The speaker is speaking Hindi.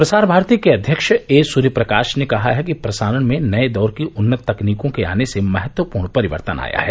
प्रसार भारती के अध्यक्ष ए सूर्यप्रकाश ने कहा है कि प्रसारण में नये दौर की उन्नत तकनीकों के आने से प्रसारण में महत्वपूर्ण परिवर्तन आया है